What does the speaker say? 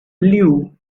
blew